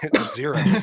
zero